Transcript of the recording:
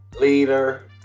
leader